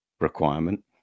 requirement